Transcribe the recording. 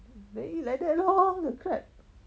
then eat like that lor the crab